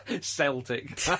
Celtic